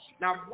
Now